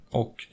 och